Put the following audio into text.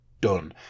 done